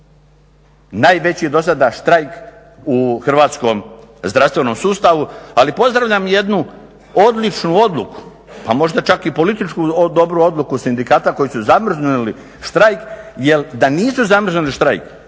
najveći do sada štrajk u hrvatskom zdravstvenom sustavu. Ali pozdravljam jednu odličnu odluku, pa možda čak i političku dobru odluku sindikata koji su zamrznuli štrajk jel da nisu zamrznuli štrajk